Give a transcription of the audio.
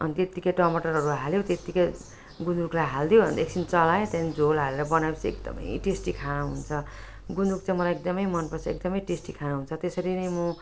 अनि त्यतिकै टमाटरहरू हाल्यो त्यतिकै गुन्द्रुकलाई हालिदियो अन्त एकछिन चलायो त्यहाँ झोल हालेर बनाए पछि एकदम टेस्टी खाना हुन्छ गुन्द्रुक चाहिँ मलाई एकदम मन पर्छ एकदम टेस्टी खाना हुन्छ त्यसरी नै म